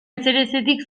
ezerezetik